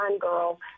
girl